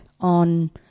on